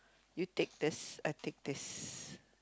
you take this I take this